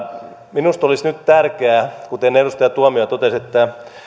minusta olisi nyt tärkeää kuten edustaja tuomioja totesi että